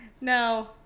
No